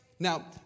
Now